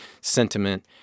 Sentiment